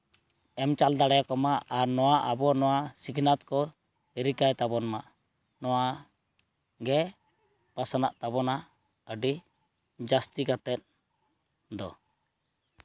ᱮᱢ ᱪᱟᱞ ᱫᱟᱲᱮ ᱟᱠᱚᱢᱟ ᱟᱨ ᱟᱵᱚ ᱱᱚᱣᱟ ᱥᱤᱠᱷᱱᱟᱹᱛ ᱠᱚ ᱨᱤᱠᱟᱹᱭ ᱛᱟᱵᱚᱱ ᱢᱟ ᱱᱚᱣᱟᱜᱮ ᱯᱟᱥᱱᱟᱜ ᱛᱟᱵᱚᱱᱟ ᱟᱹᱰᱤ ᱡᱟᱹᱥᱛᱤ ᱠᱟᱛᱮᱫ ᱫᱚ